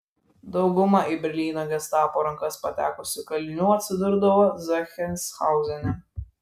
dauguma į berlyno gestapo rankas patekusių kalinių atsidurdavo zachsenhauzene